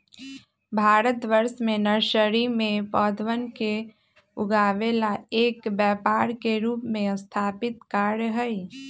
भारतवर्ष में नर्सरी में पौधवन के उगावे ला एक व्यापार के रूप में स्थापित कार्य हई